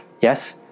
Yes